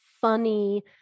funny